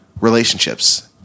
relationships